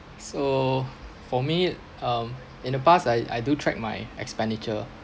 so for me um in the past I I do track my expenditure